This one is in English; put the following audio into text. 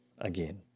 again